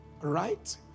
Right